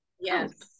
Yes